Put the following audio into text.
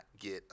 get